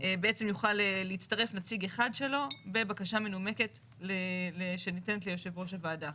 בעצם יוכל להצטרף נציג אחד שלו בבקשה מנומקת שניתנת ליושב ראש הוועדה.